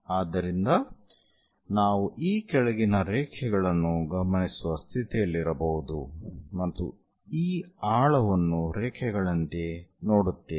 ಆದ್ದರಿಂದ ನಾವು ಈ ಕೆಳಗಿನ ರೇಖೆಗಳನ್ನು ಗಮನಿಸುವ ಸ್ಥಿತಿಯಲ್ಲಿರಬಹುದು ಮತ್ತು ಈ ಆಳವನ್ನು ರೇಖೆಗಳಂತೆ ನೋಡುತ್ತೇವೆ